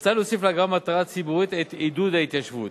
מוצע להוסיף להגדרה "מטרה ציבורית" את "עידוד ההתיישבות".